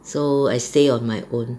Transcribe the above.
so I stay on my own